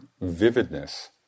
vividness